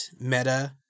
meta